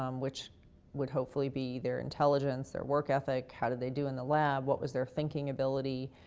um which would hopefully be their intelligence. their work ethic. how did they do in the lab? what was their thinking ability?